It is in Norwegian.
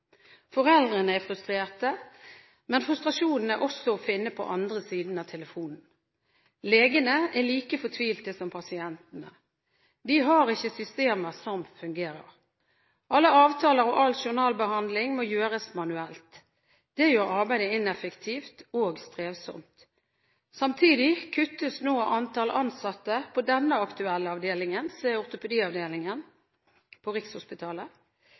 Foreldrene er frustrerte, men frustrasjonen er også å finne i andre enden av telefonen. Legene er like fortvilte som pasientene. De har ikke systemer som fungerer. Alle avtaler og all journalbehandling må gjøres manuelt, og det gjør arbeidet ineffektivt og strevsomt. Samtidig kuttes nå antall ansatte på denne aktuelle avdelingen, ortopediavdelingen på Rikshospitalet.